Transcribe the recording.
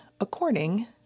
according